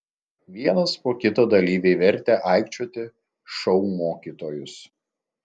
vienas po kito dalyviai vertė aikčioti šou mokytojus